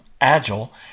Agile